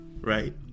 right